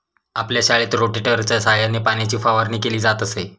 आपल्या शाळेत रोटेटरच्या सहाय्याने पाण्याची फवारणी केली जात असे